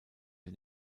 den